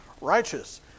righteous